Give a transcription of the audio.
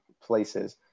places